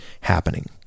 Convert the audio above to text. happening